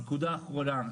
הנקודה האחרונה,